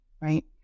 right